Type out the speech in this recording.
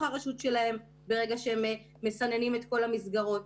הרשות שלהן ברגע שהם מסננים את כל המסגרות.